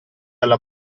alla